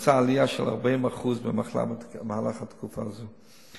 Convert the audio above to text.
ומצא עלייה של 40% במחלה במהלך תקופה זו.